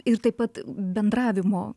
ir taip pat bendravimo